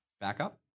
backup